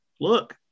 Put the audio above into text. look